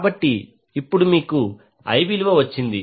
కాబట్టి ఇప్పుడు మీకు I విలువ వచ్చింది